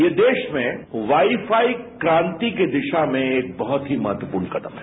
ये देश में वाई छाई क्रांति की दिशा में एक बड़ूत ही महत्वपूर्ण कदम है